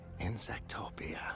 Insectopia